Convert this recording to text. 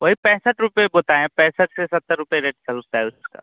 वही पैंसठ रुपये बताए हैं पैसठ से सत्तर रुपये रेट चलता है उसका